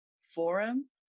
forum